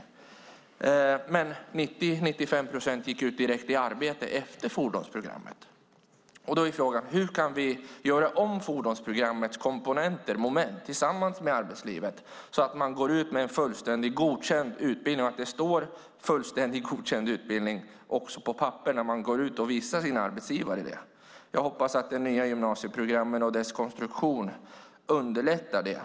Men 90-95 procent gick direkt ut i arbete efter fordonsprogrammet. Hur kan vi göra om fordonsprogrammets komponenter, moment, tillsammans med arbetslivet så att eleverna går ut med en fullständig godkänd utbildning och att det står så också på papper för eleven att visa sin arbetsgivare? Jag hoppas att de nya gymnasieprogrammens konstruktion underlättar det.